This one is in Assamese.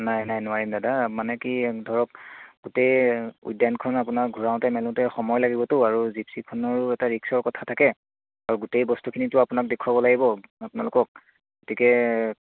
নাই নাই নোৱাৰিম দাদা মানে কি ধৰক গোটেই উদ্যানখন আপোনাৰ ঘূৰাওতে মেলোতে সময় লাগিবতো আৰু জিপ্ছিখনৰো এটা ৰিক্সৰ কথা থাকে আৰু গোটেই বস্তখিনিতো আপোনাক দেখুৱাব লাগিব আপোনালোকক গতিকে